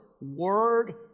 word